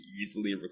easily